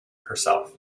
herself